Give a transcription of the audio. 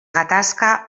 gatazka